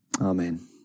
Amen